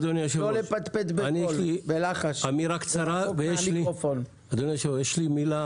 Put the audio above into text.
אדוני היושב-ראש, אמירה קצרה: יש לי מילה